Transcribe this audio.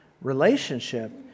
relationship